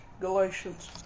Galatians